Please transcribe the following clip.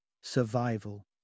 Survival